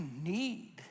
need